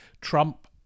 Trump